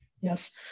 Yes